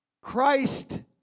Christ